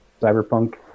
cyberpunk